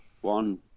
one